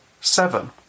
seven